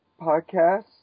podcasts